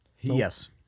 Yes